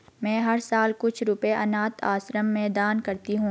मैं हर साल कुछ रुपए अनाथ आश्रम में दान करती हूँ